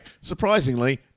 Surprisingly